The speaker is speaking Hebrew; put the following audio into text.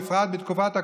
בפרט בתקופת הקורונה,